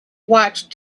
watched